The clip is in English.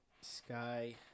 Sky